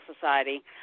Society